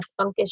funkish